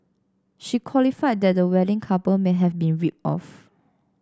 she qualified that the wedding couple may have been ripped off